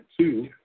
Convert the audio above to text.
two